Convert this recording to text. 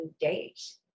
days